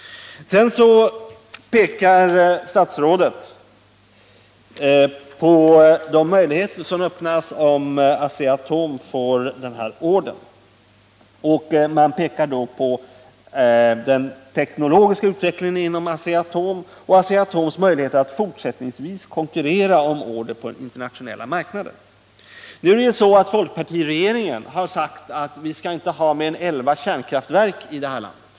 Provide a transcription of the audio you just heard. Sedan pekade statsrådet på de möjligheter som öppnas om Asea-Atom får den här ordern. Man pekar då på den teknologiska utvecklingen i Asea-Atom och företagets möjlighet att fortsättningsvis konkurrera om order på den internationella marknaden. Nu har ju folkpartiregeringen sagt att vi inte skall ha mer än elva kärnkraftverk i det här landet.